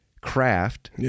craft